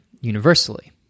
universally